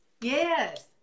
Yes